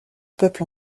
peuple